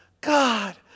God